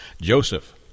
Joseph